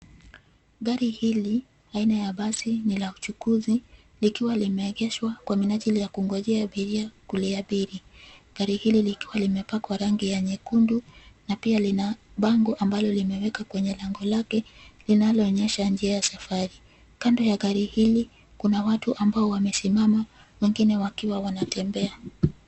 Gari hili, aina ya basi, ni la uchukuzi, likiwa limeegeshwa, kwa minajili ya kungojea abiria kuliabiri. Gari hili likiwa limepakwa rangi ya nyekundu, na pia lina bango ambalo limeweka kwenye lango lake, linaloonyesha njia ya safari. Kando ya gari hili, kuna watu ambao wamesimama, wengine wakiwa wanatembea.